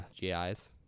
GIs